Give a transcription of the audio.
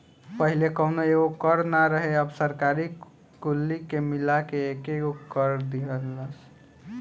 पहिले कौनो एगो कर ना रहे अब सरकार कुली के मिला के एकेगो कर दीहलस